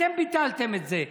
אתם ביטלתם את זה.